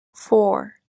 four